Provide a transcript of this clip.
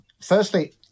firstly